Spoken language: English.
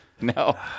No